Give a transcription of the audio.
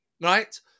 right